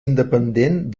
independent